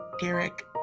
Derek